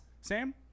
Sam